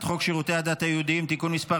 חוק שירותי הדת היהודיים (תיקון מס'